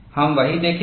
हम वही देखेंगे